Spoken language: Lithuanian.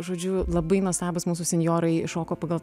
žodžiu labai nuostabūs mūsų senjorai šoko pagal